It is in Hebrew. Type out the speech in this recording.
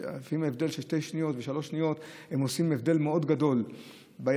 לפעמים הבדל של שתי שניות ושלוש שניות עושים הבדל מאוד גדול בירוק,